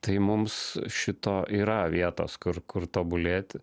tai mums šito yra vietos kur kur tobulėti